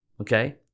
okay